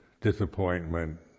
disappointment